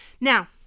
Now